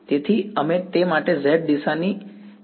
તેથી અમે તે માટે z દિશાની લેતા નથી બરાબર